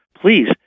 Please